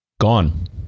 gone